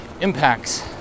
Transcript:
impacts